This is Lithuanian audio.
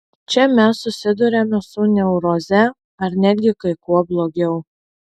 čia mes susiduriame su neuroze ar netgi kai kuo blogiau